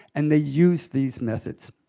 and they use these methods.